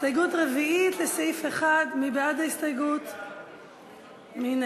הסתייגות רביעית לסעיף 1, מי בעד ההסתייגות?